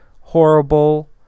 horrible